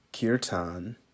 Kirtan